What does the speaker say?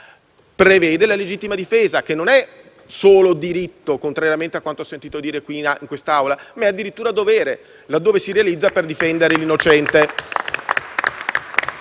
prevede la legittima difesa che non è solo diritto, contrariamente a quanto ho sentito dire in quest'Assemblea, ma è addirittura dovere, laddove si realizza per difendere l'innocente.